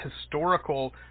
historical